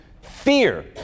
fear